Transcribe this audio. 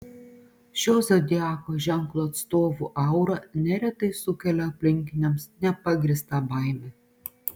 šio zodiako ženklo atstovų aura neretai sukelia aplinkiniams nepagrįstą baimę